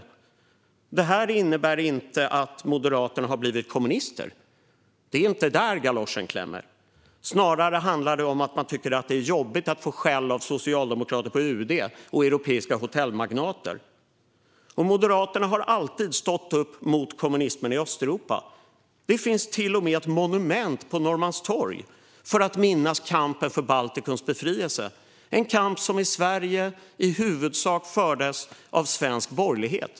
Det här innebär inte att Moderaterna har blivit kommunister. Det är inte där galoschen klämmer. Snarare handlar det om att man tycker att det är jobbigt att få skäll av socialdemokrater på UD och euroepiska hotellmagnater. Moderaterna har alltid stått upp mot kommunismen i Östeuropa. Det finns till och med ett monument på Norrmalmstorg till minne av kampen för Baltikums befrielse, en kamp som i Sverige huvudsakligen fördes av svensk borgerlighet.